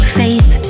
faith